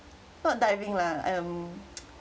not diving lah um